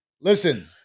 listen